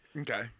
Okay